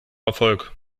erfolg